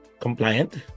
compliant